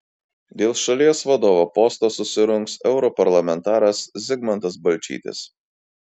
dėl šalies vadovo posto susirungs europarlamentaras zigmantas balčytis